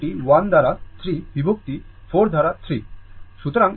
সুতরাং এটি 1 দ্বারা 3 বিভক্ত 4 দ্বারা 3